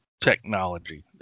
technology